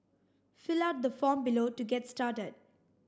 fill out the form below to get started